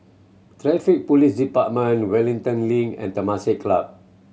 Traffic Police Department Wellington Link and Temasek Club